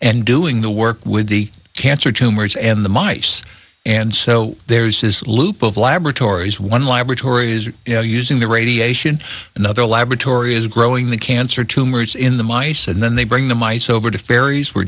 and doing the work with the cancer tumors and the mice and so there's this loop of laboratories one laboratory is using the radiation another laboratory is growing the cancer tumors in the mice and then they bring the mice over to fairies were